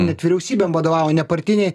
net vyriausybėm vadovauja nepartiniai